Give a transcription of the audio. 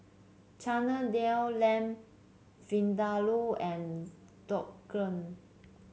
Chana Dal Lamb Vindaloo and Dhokla